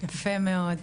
יפה מאוד,